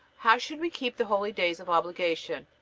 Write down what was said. how should we keep the holydays of obligation?